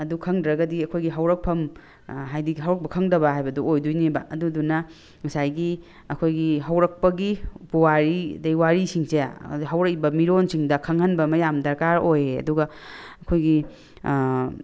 ꯑꯗꯨ ꯈꯪꯗ꯭ꯔꯒꯗꯤ ꯑꯩꯈꯣꯏꯒꯤ ꯍꯧꯔꯛꯐꯝ ꯍꯥꯏꯕꯗꯤ ꯍꯧꯔꯛꯐꯝ ꯈꯪꯗꯕ ꯍꯥꯏꯕꯗꯣ ꯑꯣꯏꯗꯣꯏꯅꯦꯕ ꯑꯗꯨꯗꯨꯅ ꯉꯁꯥꯏꯒꯤ ꯑꯩꯈꯣꯏꯒꯤ ꯍꯧꯔꯛꯄꯒꯤ ꯄꯨꯋꯥꯔꯤ ꯑꯗꯒꯤ ꯋꯥꯔꯤ ꯁꯤꯡꯁꯦ ꯑꯗꯨ ꯍꯧꯔꯛꯏꯕ ꯃꯤꯔꯣꯜꯁꯤꯡꯗ ꯈꯪꯍꯟꯕ ꯑꯃ ꯌꯥꯝ ꯗꯔꯀꯥꯔ ꯑꯣꯏꯌꯦ ꯑꯗꯨꯒ ꯑꯩꯈꯣꯏꯒꯤ